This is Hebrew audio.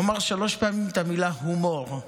הוא אמר שלוש פעמים את המילה הומור.